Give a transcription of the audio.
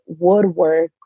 woodworks